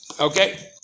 Okay